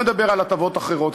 אני לא מדבר על הטבות אחרות,